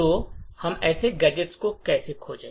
तो हम ऐसे गैजेट्स को कैसे खोजें